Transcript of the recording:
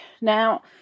Now